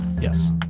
Yes